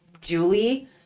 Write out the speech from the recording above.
Julie